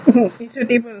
its a table